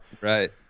right